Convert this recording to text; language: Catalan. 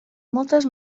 moltes